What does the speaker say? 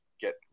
get